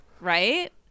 right